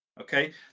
okay